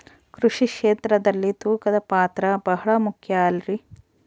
ಕೃಷಿ ಕ್ಷೇತ್ರದಲ್ಲಿ ತೂಕದ ಪಾತ್ರ ಬಹಳ ಮುಖ್ಯ ಅಲ್ರಿ?